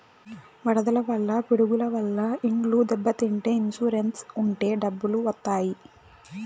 వరదల వల్ల పిడుగుల వల్ల ఇండ్లు దెబ్బతింటే ఇన్సూరెన్స్ ఉంటే డబ్బులు వత్తాయి